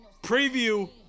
preview